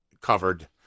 covered